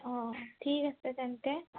অঁ ঠিক আছে তেন্তে